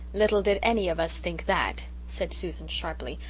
little did any of us think that, said susan sharply,